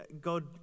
God